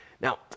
Now